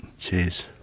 Jeez